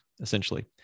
essentially